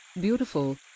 beautiful